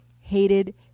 hated